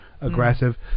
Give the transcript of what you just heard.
aggressive